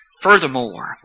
Furthermore